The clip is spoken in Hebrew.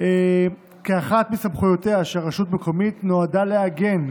כאחת מסמכויותיה של רשות מקומיות נועדה לעגן,